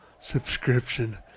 Subscription